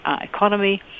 economy